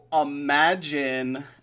imagine